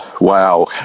Wow